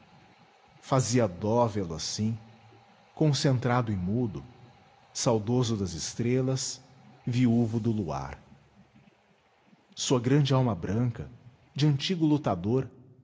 fazia dó vê-lo assim concentrado e mudo saudoso das estrelas viúvo do luar sua grande alma branca de antigo lutador